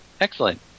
excellent